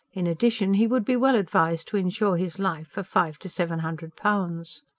in addition, he would be well advised to insure his life for five to seven hundred pounds.